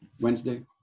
Wednesday